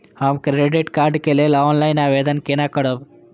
हम credit card के लेल ऑनलाइन आवेदन केना करब?